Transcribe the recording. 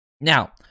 Now